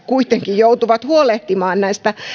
kuitenkin joutuvat huolehtimaan näistä